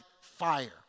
fire